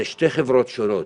זה שתי חברות שונות.